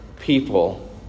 people